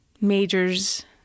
majors